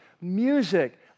music